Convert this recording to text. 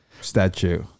statue